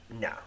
no